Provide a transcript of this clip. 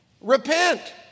Repent